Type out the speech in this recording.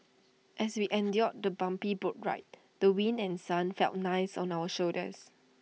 as we endured the bumpy boat ride the wind and sun felt nice on our shoulders